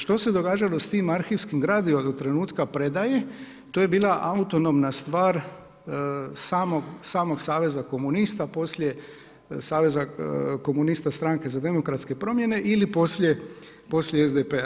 Što se događalo s tim arhivskim gradivom do trenutka predaje, to je bila autonomna stvar samog Saveza komunista, poslije Saveza komunista stranke za demokratske promjene ili poslije SDP-a.